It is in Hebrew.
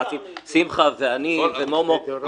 שמחה בניטה ואני ומומו נקווה.